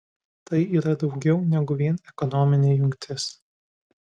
tai yra daugiau negu vien ekonominė jungtis